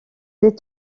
des